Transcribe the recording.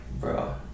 bro